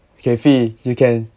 K fi you can